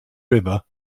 river